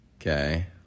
okay